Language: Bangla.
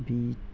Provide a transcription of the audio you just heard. বি্চ